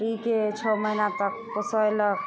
पीके छओ महीना तक पोषैलक